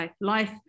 life